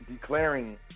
Declaring